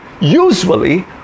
usually